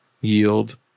yield